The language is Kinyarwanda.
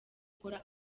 ukora